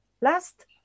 last